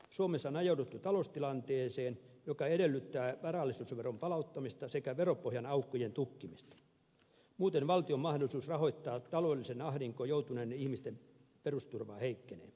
suomessa on ajauduttu taloustilanteeseen joka edellyttää varallisuusveron palauttamista sekä veropohjan aukkojen tukkimista muuten valtion mahdollisuus rahoittaa taloudelliseen ahdinkoon joutuneiden ihmisten perusturvaa heikkenee